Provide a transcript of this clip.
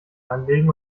anlegen